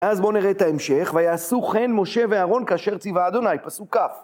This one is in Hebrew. אז בואו נראה את ההמשך. ויעשו חן משה ואהרון כאשר ציווה אדוני, פסוק כ'.